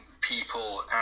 people